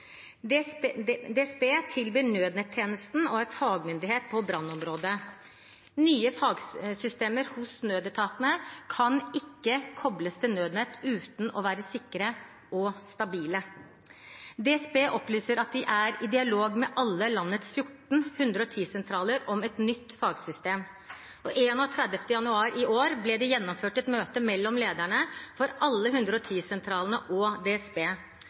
DSB tilbyr nødnettjenesten og er fagmyndighet på brannområdet. Nye fagsystemer hos nødetatene kan ikke kobles til nødnett uten å være sikre og stabile. DSB opplyser at de er i dialog med alle landets 14 110-sentraler om et nytt fagsystem, og den 31. januar i år ble det gjennomført et møte mellom lederne for alle 110-sentralene og